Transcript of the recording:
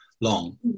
long